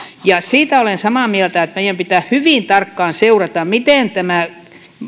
siitä olen samaa mieltä että meidän pitää hyvin tarkkaan seurata miten tämä